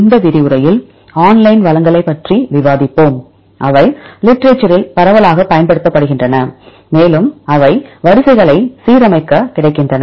இந்த விரிவுரையில் ஆன்லைன் வளங்களைப் பற்றி விவாதிப்போம் அவை லிட்றச்சரில் பரவலாகப் பயன்படுத்தப்படுகின்றன மேலும் அவை வரிசைகளை சீரமைக்கக் கிடைக்கின்றன